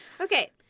Okay